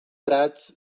prats